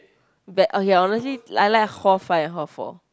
bet oh ya honestly I like hall five and hall four